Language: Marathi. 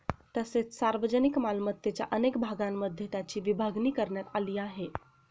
तसेच सार्वजनिक मालमत्तेच्या अनेक भागांमध्ये त्याची विभागणी करण्यात आली आहे